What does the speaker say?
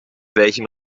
welchem